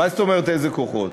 מה זאת אומרת "איזה כוחות"?